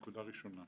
נקודה ראשונה.